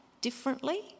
differently